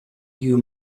you